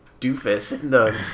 doofus